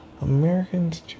americans